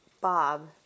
Bob